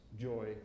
Joy